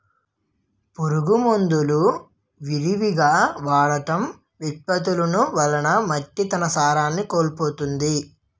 పురుగు మందులు విరివిగా వాడటం, విపత్తులు వలన మట్టి తన సారాన్ని కోల్పోతుంది